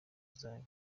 zanyu